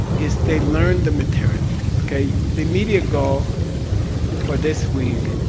is they learn the material. okay? the immediate goal for this week,